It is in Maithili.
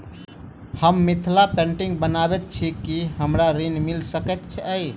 हम मिथिला पेंटिग बनाबैत छी की हमरा ऋण मिल सकैत अई?